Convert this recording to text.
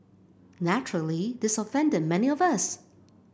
naturally this offended many of us